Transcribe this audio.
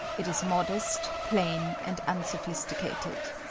it is modest, plain, and unsophisticated.